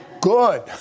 Good